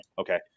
Okay